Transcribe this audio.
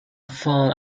found